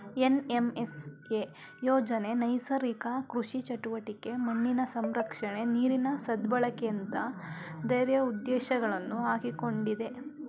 NMSA ಯೋಜನೆ ನೈಸರ್ಗಿಕ ಕೃಷಿ ಚಟುವಟಿಕೆ, ಮಣ್ಣಿನ ಸಂರಕ್ಷಣೆ, ನೀರಿನ ಸದ್ಬಳಕೆಯಂತ ಧ್ಯೇಯೋದ್ದೇಶಗಳನ್ನು ಹಾಕಿಕೊಂಡಿದೆ